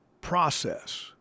process